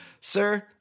Sir